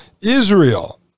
israel